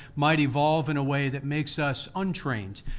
might evolve in a way that makes us untrained.